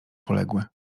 poległy